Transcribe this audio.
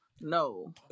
no